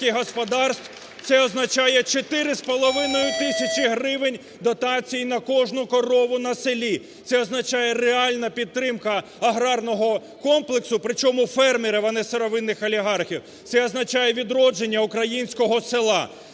Це означає 4,5 тисячі гривень дотації на кожну корову на селі, це означає реальна підтримка аграрного комплексу, причому фермерів, а не сировинних олігархів. Це означає відродження українського села.